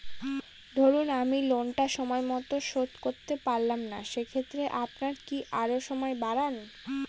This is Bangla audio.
ধরুন আমি লোনটা সময় মত শোধ করতে পারলাম না সেক্ষেত্রে আপনার কি আরো সময় বাড়ান?